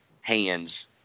Hands